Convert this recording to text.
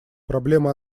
проблема